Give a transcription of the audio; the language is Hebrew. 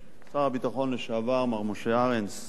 שר הביטחון לשעבר מר משה ארנס,